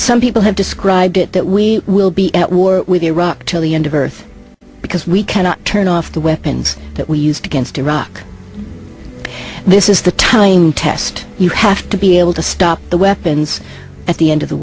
some people have described it that we will be at war with iraq till the end of earth because we cannot turn off the weapons that we used against iraq this is the time test you have to be able to stop the weapons at the end of the